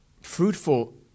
Fruitful